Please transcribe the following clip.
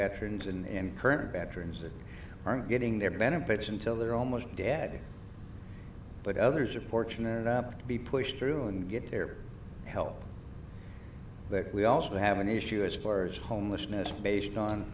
veterans and current veterans that aren't getting their benefits until they're almost dead but others are fortunate enough to be pushed through and get their help but we also have an issue as far as homelessness based on